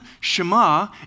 Shema